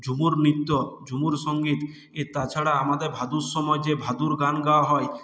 ঝুমুর নৃত্য ঝুমুর সঙ্গীত তাছাড়া আমাদের ভাদুর সময় যে ভাদুর গান গাওয়া হয়